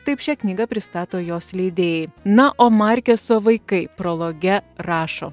taip šią knygą pristato jos leidėjai na o markeso vaikai prologe rašo